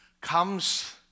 comes